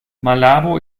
malabo